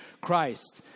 Christ